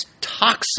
toxic